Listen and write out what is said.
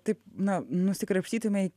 taip na nusikrapštytume